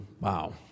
Wow